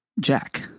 Jack